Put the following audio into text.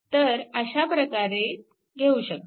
तर अशा प्रकारे घेऊ शकता